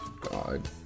God